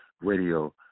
radio